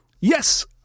Yes